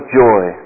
joy